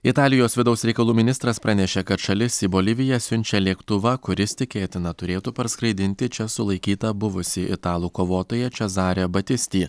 italijos vidaus reikalų ministras pranešė kad šalis į boliviją siunčia lėktuvą kuris tikėtina turėtų parskraidinti čia sulaikytą buvusį italų kovotoją čezare batistį